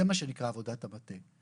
זה מה שנקרא עבודת המטה.